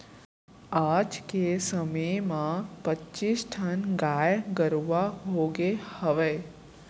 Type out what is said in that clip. आज के समे म पच्चीस ठन गाय गरूवा होगे हवय